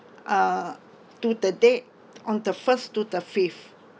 uh to the date on the first to the fifth